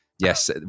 Yes